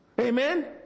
amen